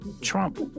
Trump